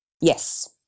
Yes